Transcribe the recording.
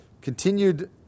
continued